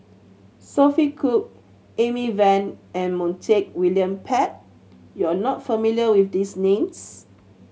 Sophia Cooke Amy Van and Montague William Pett you are not familiar with these names